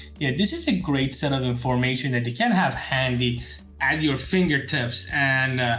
yeah, this is a great set of information that you can have handy at your fingertips and